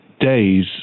Days